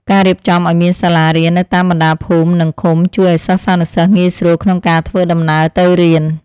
ការរៀបចំឱ្យមានសាលារៀននៅតាមបណ្តាភូមិនិងឃុំជួយឱ្យសិស្សានុសិស្សងាយស្រួលក្នុងការធ្វើដំណើរទៅរៀន។